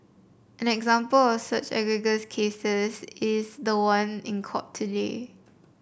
an example of such egregious cases is the one in court today